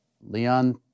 Leon